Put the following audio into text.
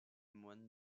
moines